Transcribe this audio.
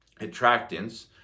Attractants